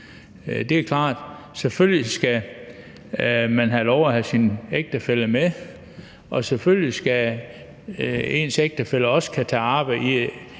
det er klart. Selvfølgelig skal man have lov at have sin ægtefælle med, og selvfølgelig skal ens ægtefælle også kunne tage arbejde